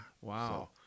Wow